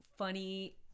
funny